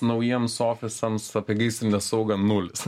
naujiems ofisams apie gaisrinę saugą nulis